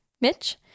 Mitch